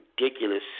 ridiculous